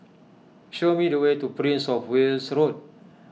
show me the way to Prince of Wales Road